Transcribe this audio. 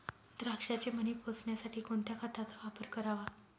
द्राक्षाचे मणी पोसण्यासाठी कोणत्या खताचा वापर करावा?